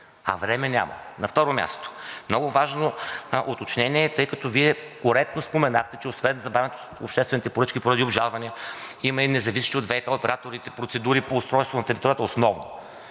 а време няма. На второ място. Много важно уточнение, тъй като Вие коректно споменахте, че освен забавянето с обществените поръчки поради обжалвания има и независещи от ВиК операторите процедури по устройство на територията основно.